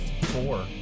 Four